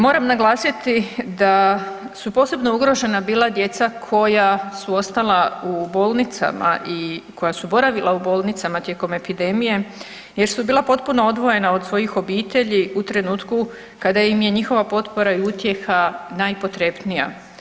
Moram naglasiti da su posebno ugrožena bila djeca koja su ostala u bolnicama i koja su boravila u bolnicama tijekom epidemije jer su bila potpuno odvojena od svojih obitelji u trenutku kada im je njihova potpora i utjeha najpotrebnija.